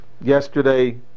yesterday